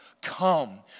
come